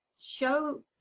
show